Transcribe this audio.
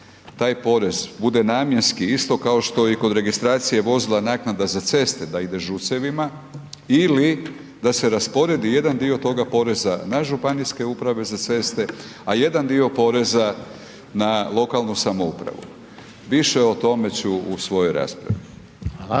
taj porez bude namjenski isto kao što i od registracije vozila naknada za ceste da ide ŽUC-evima ili da se rasporedi jedan dio toga poreza na županijske uprave za ceste, a jedan dio poreza na lokalnu samoupravu. Više o tome ću u svojoj raspravi.